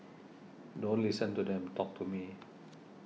don't listen to them talk to me